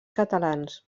catalans